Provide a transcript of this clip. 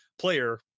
player